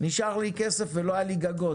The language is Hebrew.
נשאר לי כסף אבל לא היו לי גגות,